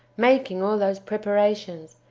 making all those preparations,